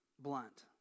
Blunt